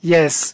Yes